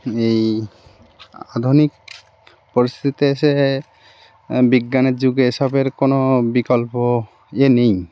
এই আধুনিক পরিস্থিতিতে এসে বিজ্ঞানের যুগে এ সবের কোনো বিকল্প ইয়ে নেই